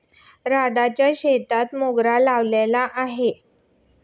राधाच्या शेतात मोगरा लावलेला आहे